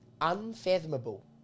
unfathomable